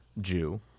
Jew